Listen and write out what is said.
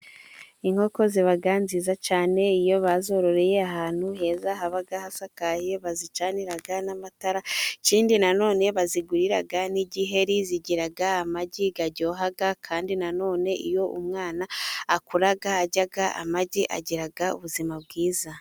Inkoko ziba nziza cyane iyo bazororeye ahantu heza haba hasakaye bazicanira n'amatara, ikindi nanone iyo bazigurira n'igiheri zigira amagi aryoha kandi na none iyo umwana akura arya amagi agira ubuzima bwiza.